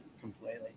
completely